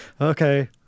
okay